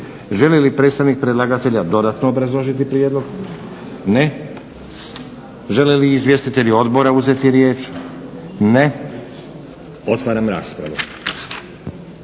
Želi li predstavnik predlagatelja dodano obrazložiti prijedlog? Ne. Žele li izvjestitelji odbora uzeti riječ? Ne. Otvaram raspravu.